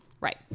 right